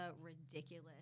ridiculous